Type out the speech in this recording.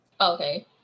Okay